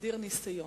ומגדיר "ניסיון",